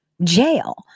jail